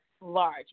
large